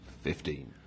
Fifteen